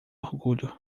orgulho